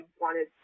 wanted –